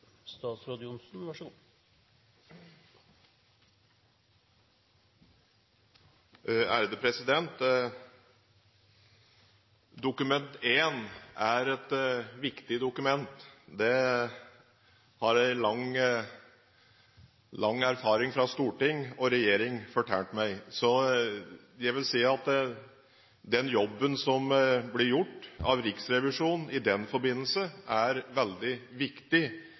et viktig dokument. Det har en lang erfaring fra storting og regjering fortalt meg. Så jeg vil si at den jobben som blir gjort av Riksrevisjonen i den forbindelse, er veldig viktig